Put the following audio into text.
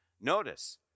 Notice